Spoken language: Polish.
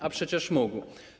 A przecież mógł.